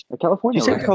California